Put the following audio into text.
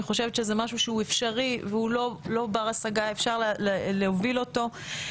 אני חושבת שזה משהו שהוא אפשרי ואפשר להוביל אותו.